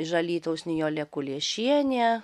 iš alytaus nijolė kuliešienė